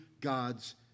God's